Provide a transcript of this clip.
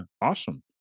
Awesome